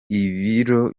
ibiro